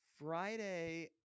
Friday –